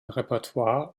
repertoire